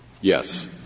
Yes